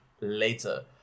later